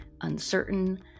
uncertain